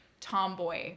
tomboy